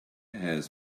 has